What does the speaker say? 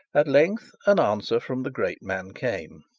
at length an answer from the great man came.